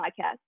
podcast